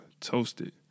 toasted